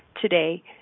today